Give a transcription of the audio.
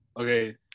Okay